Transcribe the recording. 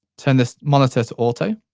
turn this monitor to auto.